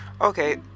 okay